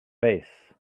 base